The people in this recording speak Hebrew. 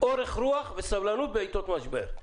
לאורך-רוח וסבלנות בעתות משבר.